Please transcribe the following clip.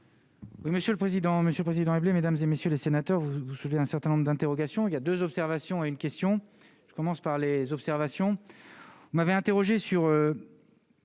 Oui, monsieur le président, Monsieur le Président, mesdames et messieurs les sénateurs, vous vous souvenez, un certain nombre d'interrogations, il y a 2 observations à une question, je commence par les observations. M'avait interrogé sur